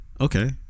okay